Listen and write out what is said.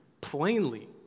plainly